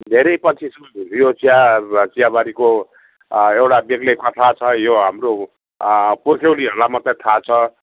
धेरै पछि छौँ यो चिया चियाबारीको एउटा बेग्लै कथा छ यो हाम्रो पुर्ख्यौलीहरूलाई मात्रै थाहा छ